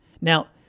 Now